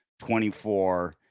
24